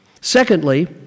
Secondly